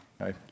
Hi